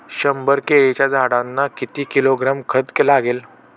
शंभर केळीच्या झाडांना किती किलोग्रॅम खत लागेल?